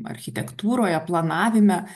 architektūroje planavime